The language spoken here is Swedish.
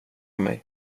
mig